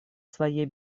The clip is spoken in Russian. своей